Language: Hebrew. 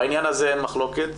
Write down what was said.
בעניין הזה אין מחלוקת,